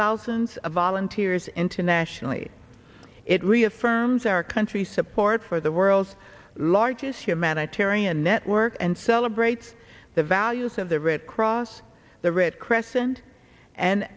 thousands of volunteers internationally it reaffirms our country's support for the world's largest humanitarian network and celebrates the values of the red cross the red crescent and